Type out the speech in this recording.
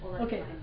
Okay